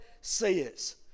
says